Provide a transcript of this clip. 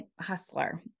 hustler